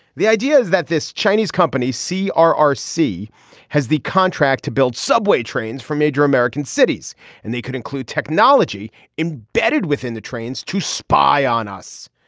the idea is that this chinese company c r r c has the contract to build subway trains from major american cities and they could include technology embedded within the trains to spy on us.